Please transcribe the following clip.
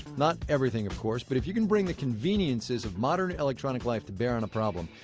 not everything, of course. but if you can bring the conveniences of modern electronic life to bear on a problem,